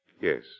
Yes